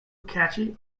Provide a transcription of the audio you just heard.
catchy